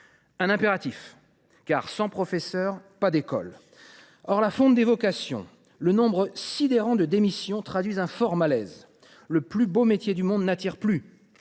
d’un impératif, car, sans professeurs, il n’y a pas d’école. Or la fonte des vocations et le nombre sidérant de démissions trahissent un fort malaise. « Le plus beau métier du monde » n’attire plus,